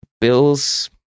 Bills